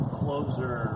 closer